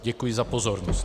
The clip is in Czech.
Děkuji za pozornost.